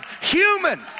human